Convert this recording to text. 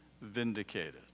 vindicated